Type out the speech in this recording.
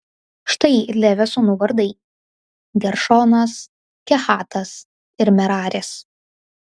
štai levio sūnų vardai geršonas kehatas ir meraris